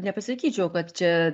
nepasakyčiau kad čia